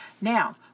Now